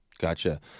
Gotcha